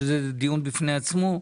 שזה דיון בפני עצמו,